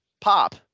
pop